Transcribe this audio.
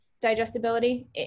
digestibility